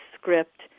script